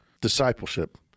discipleship